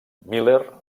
miller